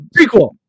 prequel